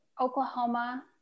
Oklahoma